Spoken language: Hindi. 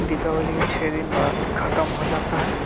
दीपावली के छः दिन बाद खत्म हो जाता है